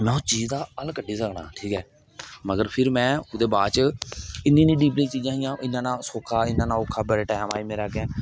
में उस चीज दा हल कड्ढी सकना ठीक ऐ मगर फिर में ओहदे बाद च इन्नी इ्न्नी डिपली चीजां हियां इना इन्ना सौखा इन्ना इन्ना औखा बडे़ टैंम आए मेरे अग्गै